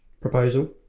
proposal